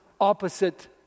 opposite